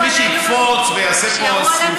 כשירו עלינו